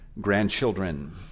grandchildren